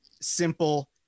simple